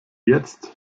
jetzt